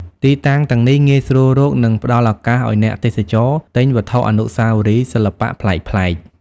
ទីតាំងទាំងនេះងាយស្រួលរក និងផ្តល់ឱកាសឲ្យអ្នកទេសចរទិញវត្ថុអនុស្សាវរីយ៍សិល្បៈប្លែកៗ។